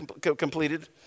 completed